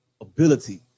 ability